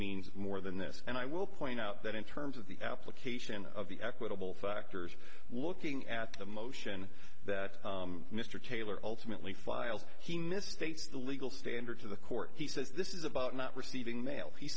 means more than this and i will point out that in terms of the application of the equitable factors looking at the motion that mr taylor ultimately files he misstates the legal standard to the court he says this is about not receiving mail